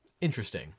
interesting